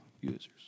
users